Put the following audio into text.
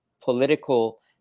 political